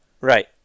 right